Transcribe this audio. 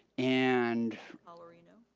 and paularino.